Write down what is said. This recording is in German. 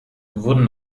wurden